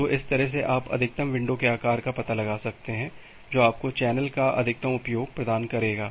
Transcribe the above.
तो इस तरह से आप अधिकतम विंडो के आकार का पता लगा सकते हैं जो आपको चैनल का अधिकतम उपयोग प्रदान करेगा